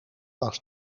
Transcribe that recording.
was